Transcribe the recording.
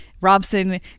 Robson